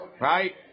right